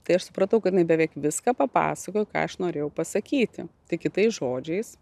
tai aš supratau kad jinai beveik viską papasakojo ką aš norėjau pasakyti tik kitais žodžiais